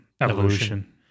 evolution